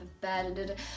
bed